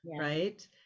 Right